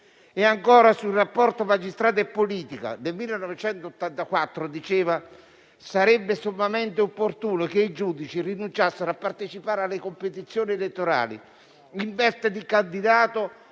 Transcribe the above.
Ancora, sul rapporto fra magistrato e politica, nel 1984 diceva: «Sarebbe sommamente opportuno che i giudici rinunciassero a partecipare alle competizioni elettorali in veste di candidato